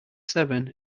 seven